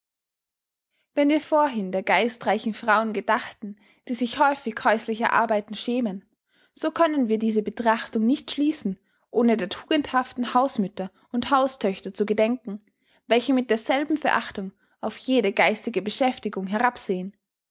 wenn wir vorhin der geistreichen frauen gedachten die sich häufig häuslicher arbeiten schämen so können wir diese betrachtung nicht schließen ohne der tugendhaften hausmütter und haustöchter zu gedenken welche mit derselben verachtung auf jede geistige beschäftigung